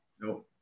No